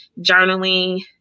journaling